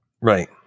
Right